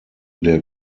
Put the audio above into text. der